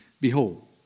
Behold